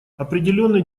определенные